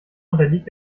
unterliegt